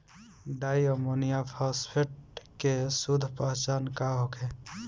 Di ammonium phosphate के शुद्ध पहचान का होखे?